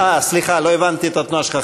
סליחה, לא הבנתי את התנועה שלך.